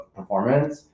performance